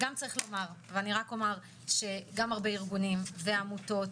גם הרבה ארגונים ועמותות